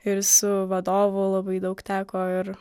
ir su vadovu labai daug teko ir